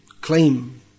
claim